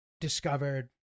discovered